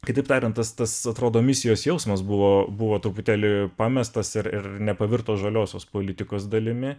kitaip tariant tas tas atrodo misijos jausmas buvo buvo truputėlį pamestas ir ir nepavirto žaliosios politikos dalimi